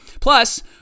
Plus